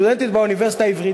סטודנטית באוניברסיטה העברית,